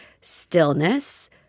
stillness